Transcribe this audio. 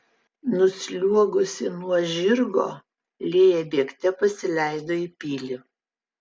nusliuogusi nuo žirgo lėja bėgte pasileido į pilį